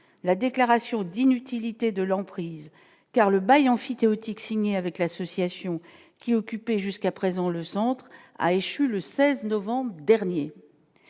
la déclaration d'inutilité de l'emprise car le bail emphytéotique signée avec l'association, qui occupait jusqu'à présent, le Centre a échu le 16 novembre dernier